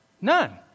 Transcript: none